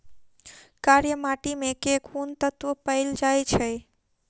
कार्य माटि मे केँ कुन तत्व पैल जाय छै?